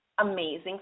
amazing